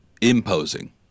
imposing